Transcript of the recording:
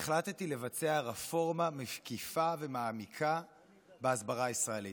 החלטתי לבצע רפורמה מקיפה ומעמיקה בהסברה הישראלית.